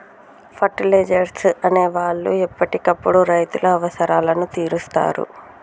fertilisers అనే వాళ్ళు ఎప్పటికప్పుడు రైతుల అవసరాలను తీరుస్తారు